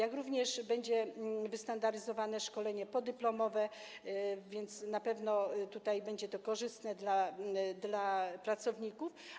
Będzie również wystandaryzowane szkolenie podyplomowe, więc na pewno tutaj będzie to korzystne dla pracowników.